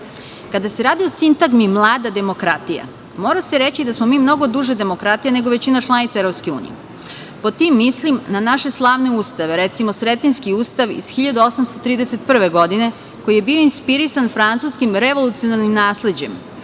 se radi o sintagmi "mlada demokratija", mora se reći da smo mi mnogo duže demokratija nego većina članica EU. Pod tim mislim na naše slavne ustave. Recimo, Sretenjski ustav iz 1831. godine, koji je bio inspirisan francuskim revolucionarnim nasleđem